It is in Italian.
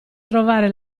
trovare